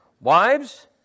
Wives